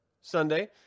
Sunday